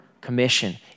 commission